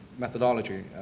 methodology.